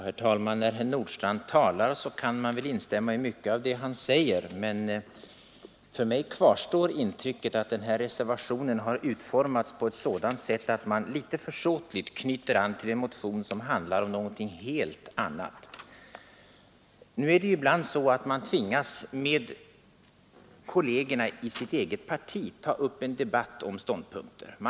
Herr talman! När herr Nordstrandh talar kan man instämma i mycket av det han säger. Hos mig kvarstår dock intrycket att reservationen har utformats på ett sådant sätt att man litet försåtligt knyter an till en motion som handlar om något helt annat. Ibland tvingas man, herr Nordstrandh, att med kollegerna i sitt eget parti ta upp en debatt om ståndpunkter i en sakfråga.